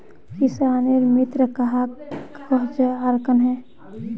किसानेर मित्र कहाक कोहचे आर कन्हे?